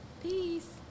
Peace